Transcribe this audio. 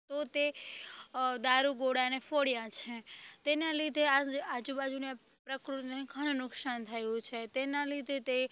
તો તે દારૂગોળાને ફોડ્યા છે તેના લીધે આજુબાજુને પ્રકૃતિને ઘણું નુકસાન થયું છે તેના લીધે તે